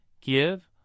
give